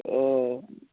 ఓ